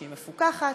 שהיא מפוקחת,